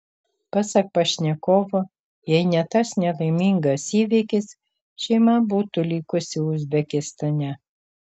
pasak pašnekovo jei ne tas nelaimingas įvykis šeima būtų likusi uzbekistane